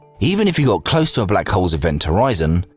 even if you got close to a black hole's event horizon,